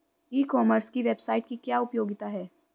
ई commerce की website की क्या उपयोगिता है?